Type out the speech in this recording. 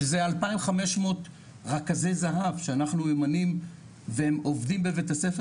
שזה 2,500 רכזי זה"ב שאנחנו ממנים והם עובדים בבית הספר